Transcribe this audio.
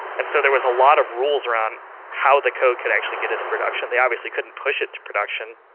and so there was a lot of rules around how the code could actually get into production. they obviously couldn't push it to production.